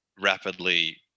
rapidly